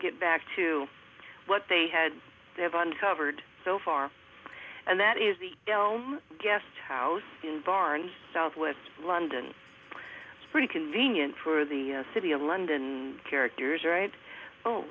get back to what they had they have uncovered so far and that is the film guesthouse in barnes south west london pretty convenient for the city of london characters